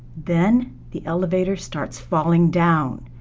then, the elevator starts falling down.